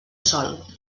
sol